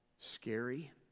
scary